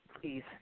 please